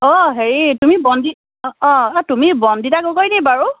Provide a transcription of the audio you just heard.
অঁ হেৰি তুমি বন্দি অঁ অঁ তুমি বন্দিতা গগৈ নি বাৰু